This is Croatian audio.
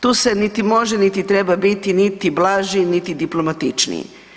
Tu se niti može niti treba biti niti blaži, niti diplomatičniji.